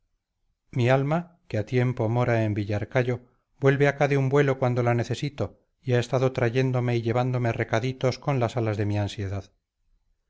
mi alma que ha tiempo mora en villarcayo vuelve acá de un vuelo cuando la necesito y ha estado trayéndome y llevándome recaditos con las alas de mi ansiedad